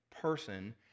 person